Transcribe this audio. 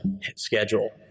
schedule